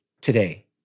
today